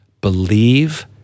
believe